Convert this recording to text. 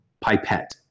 pipette